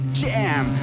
jam